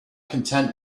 content